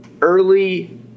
early